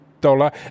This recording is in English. dollar